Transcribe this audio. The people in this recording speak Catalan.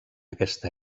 aquesta